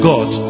God